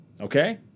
Okay